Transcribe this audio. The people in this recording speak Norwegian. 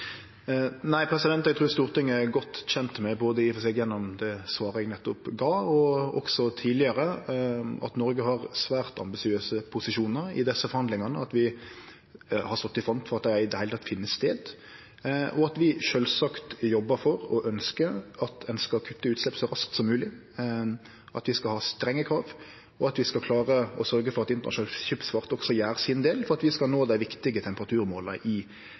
eg trur Stortinget er godt kjent med – gjennom det svaret eg både gav nettopp og har gjeve tidlegare – at Noreg har svært ambisiøse posisjonar i desse forhandlingane, at vi har stått i front for at dei i det heile finn stad, at vi sjølvsagt jobbar for og ønskjer at ein skal kutte utslepp så raskt som mogleg, at vi skal ha strenge krav, og at vi skal klare å sørgje for at internasjonal skipsfart også gjer sin del for at vi skal nå dei viktige temperaturmåla i